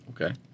Okay